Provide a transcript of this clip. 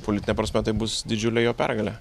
politine prasme tai bus didžiulė jo pergalė